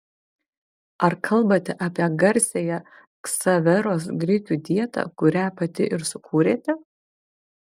ar kalbate apie garsiąją ksaveros grikių dietą kurią pati ir sukūrėte